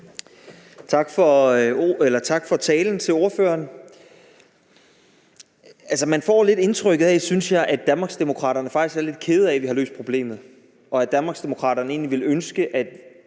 ordføreren for talen. Man får lidt indtrykket af, synes jeg, at Danmarksdemokraterne faktisk er lidt kede af, at vi har løst problemet, og at Danmarksdemokraterne egentlig ville ønske, at